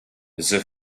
the